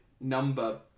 number